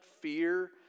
fear